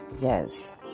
Yes